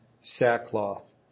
sackcloth